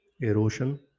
erosion